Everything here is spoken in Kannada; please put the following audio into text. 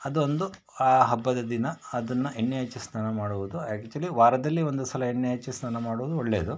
ಅದು ಒಂದು ಆ ಹಬ್ಬದ ದಿನ ಅದನ್ನ ಎಣ್ಣೆ ಹಚ್ಚಿ ಸ್ನಾನ ಮಾಡುವುದು ಆ್ಯಕ್ಚುಲಿ ವಾರದಲ್ಲಿ ಒಂದು ಸಲ ಎಣ್ಣೆ ಹಚ್ಚಿ ಸ್ನಾನ ಮಾಡುವುದು ಒಳ್ಳೆಯದು